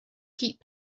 keep